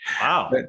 Wow